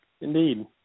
Indeed